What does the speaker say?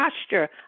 posture